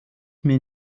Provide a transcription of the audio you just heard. mir